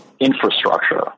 infrastructure